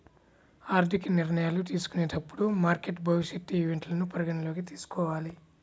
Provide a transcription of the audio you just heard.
ఆర్థిక నిర్ణయాలు తీసుకునేటప్పుడు మార్కెట్ భవిష్యత్ ఈవెంట్లను పరిగణనలోకి తీసుకోవాలి